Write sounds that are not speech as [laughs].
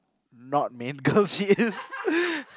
not main girl she is [laughs]